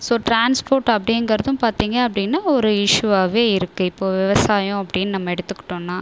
so transport அப்படிங்கிறதும் பார்த்தீங்க அப்படின்னா ஒரு இஸ்யூவாகவே இருக்கு இப்போ விவசாயம் அப்படின்னு நம்ம எடுத்துக்கிட்டோன்னா